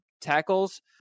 tackles